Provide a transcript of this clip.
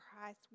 Christ